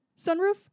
Sunroof